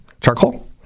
Charcoal